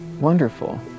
Wonderful